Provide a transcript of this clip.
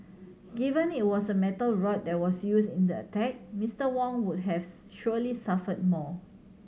given it was a metal rod that was used in the attack Mister Wang would have surely suffered more